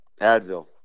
advil